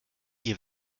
ihr